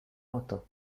author